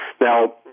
Now